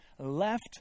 left